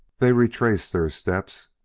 they retraced their steps.